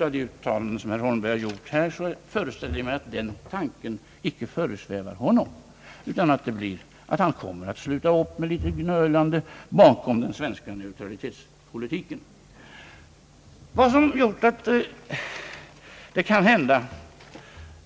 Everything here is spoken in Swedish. Av de uttalanden som herr Holmberg gjort här föreställer jag mig emellertid att den tanken icke föresvävar honom, utan att han med litet gnölande kommer att sluta upp bakom den svenska neutralitetspolitiken.